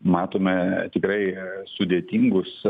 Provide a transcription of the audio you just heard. matome tikrai sudėtingus